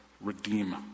redeem